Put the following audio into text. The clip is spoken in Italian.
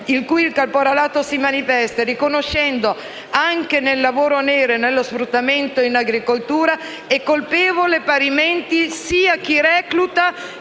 in cui il caporalato si manifesta e riconoscendo che nel lavoro nero e nello sfruttamento in agricoltura è colpevole parimenti sia chi recluta